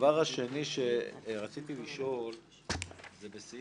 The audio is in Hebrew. הדבר השני שרציתי לשאול הוא בסעיף